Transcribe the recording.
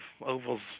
ovals